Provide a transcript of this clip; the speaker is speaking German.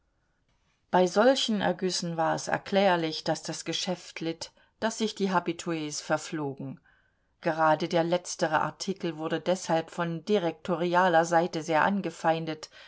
bei solchen ergüssen war es erklärlich daß das geschäft litt daß sich die habitus verflogen gerade der letztere artikel wurde deshalb von direktorialer seite sehr angefeindet